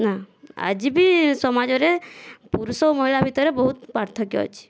ନା ଆଜି ବି ସମାଜରେ ପୁରୁଷ ଆଉ ମହିଳା ଭିତରେ ବହୁତ ପାର୍ଥକ୍ୟ ଅଛି